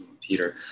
Peter